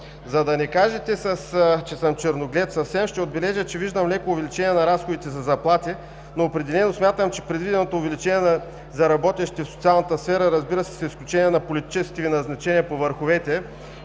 За да не кажете, че съм черноглед, ще отбележа, че виждам леко увеличение на разходите за заплати, но определено смятам, че предвиденото увеличение за работещите в социалната сфера, разбира се, с изключение на политическите назначения по върховете,